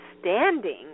standing